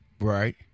Right